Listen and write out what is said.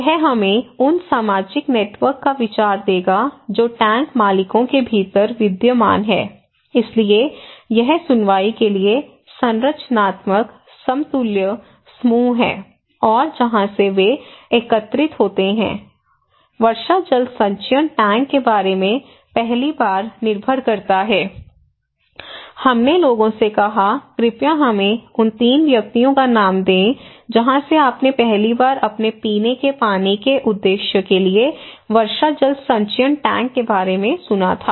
यह हमें उन सामाजिक नेटवर्क का विचार देगा जो टैंक मालिकों के भीतर विद्यमान हैं इसलिए यह सुनवाई के लिए संरचनात्मक समतुल्य समूह है और जहां से वे एकत्रित होते हैं वर्षा जल संचयन टैंक के बारे में पहली बार निर्भर करता है हमने लोगों से कहा कृपया हमें उन 3 व्यक्तियों का नाम दें जहां से आपने पहली बार अपने पीने के पानी के उद्देश्य के लिए वर्षा जल संचयन टैंक के बारे में सुना था